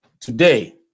today